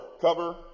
cover